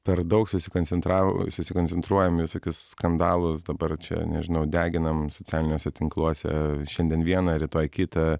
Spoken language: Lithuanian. per daug susikoncentravo susikoncentruojam į visokius skandalus dabar čia nežinau deginam socialiniuose tinkluose šiandien vieną rytoj kitą